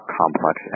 complex